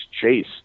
chase